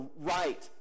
right